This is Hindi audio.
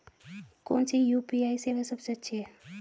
कौन सी यू.पी.आई सेवा सबसे अच्छी है?